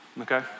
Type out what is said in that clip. okay